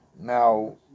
now